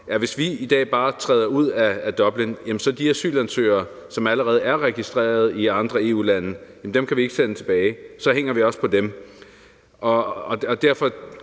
hvis vi i dag bare træder ud af Dublinforordningen, kan vi ikke sende asylansøgere, som allerede er registreret i andre EU-lande, tilbage. Så hænger vi også på dem.